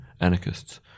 anarchists